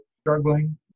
struggling